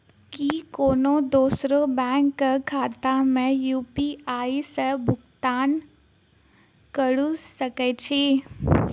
की कोनो दोसरो बैंक कऽ खाता मे यु.पी.आई सऽ भुगतान कऽ सकय छी?